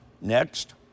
Next